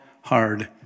hard